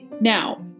Now